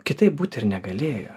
kitaip būt ir negalėjo